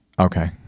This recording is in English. okay